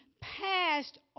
passed